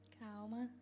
calma